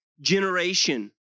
generation